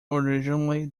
originally